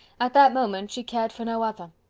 at that moment, she cared for no other.